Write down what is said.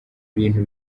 bintu